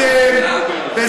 אתם שונאים ערבים, זו הבעיה שלכם.